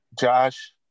Josh